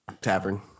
tavern